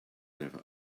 never